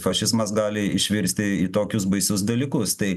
fašizmas gali išvirsti į tokius baisius dalykus tai